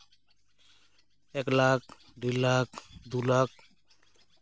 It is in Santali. ᱮᱠ ᱞᱟᱠᱷ ᱰᱮᱲ ᱞᱟᱠᱷ ᱫᱩ ᱞᱟᱠᱷ